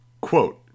Quote